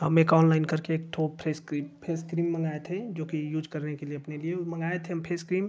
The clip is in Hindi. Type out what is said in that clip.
हम एक ऑनलाइन करके एक ठो फेस क्रीम फेस क्रीम मंगाए थे जो कि यूज करने के लिए अपने लिए और मंगाए थे हम फेस क्रीम